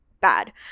Bad